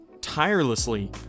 tirelessly